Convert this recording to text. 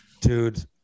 Dude